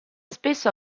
spesso